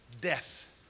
death